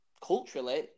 culturally